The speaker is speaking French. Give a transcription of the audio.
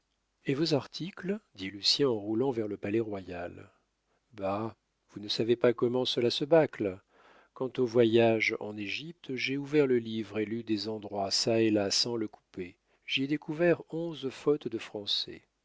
et vos articles dit lucien en roulant vers le palais-royal bah vous ne savez pas comment cela se bâcle quant au voyage en égypte j'ai ouvert le livre et lu des endroits çà et là sans le couper j'y ai découvert onze fautes de français